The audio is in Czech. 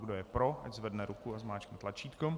Kdo je pro, ať zvedne ruku a zmáčkne tlačítko.